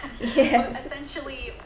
Essentially